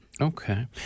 Okay